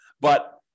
But-